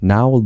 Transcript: Now